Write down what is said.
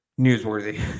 newsworthy